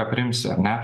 aprimsi ar ne